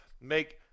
make